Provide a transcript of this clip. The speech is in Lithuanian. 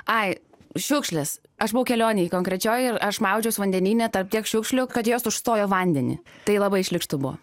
ai šiukšlės aš buvau kelionėj konkrečioj ir aš maudžiausi vandenyne tarp tiek šiukšlių kad jos užstojo vandenį tai labai šlykštu buvo